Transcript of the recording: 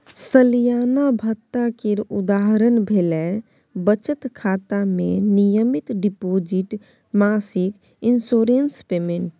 सलियाना भत्ता केर उदाहरण भेलै बचत खाता मे नियमित डिपोजिट, मासिक इंश्योरेंस पेमेंट